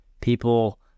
People